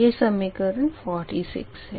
यह समीकरण 46 है